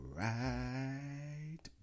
right